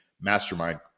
mastermind